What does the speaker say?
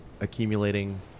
accumulating